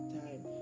time